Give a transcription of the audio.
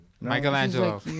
Michelangelo